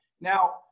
Now